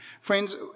Friends